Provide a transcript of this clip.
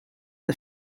the